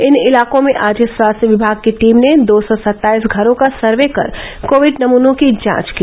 इन इलाकों में आज स्वास्थ्य विभाग की टीम ने दो सौ सत्ताईस घरों का सर्वे कर कोविड नमूनों की जांच की